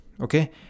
okay